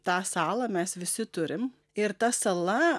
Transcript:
tą salą mes visi turim ir ta sala